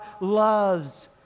loves